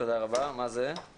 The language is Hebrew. אני